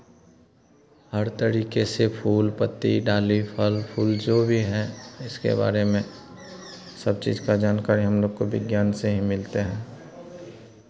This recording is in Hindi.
हर तरीके से फूल पत्ती डाली फल फूल जो भी है इसके बारे में सब चीज़ का जानकारी हम लोग को विज्ञान से ही मिलते है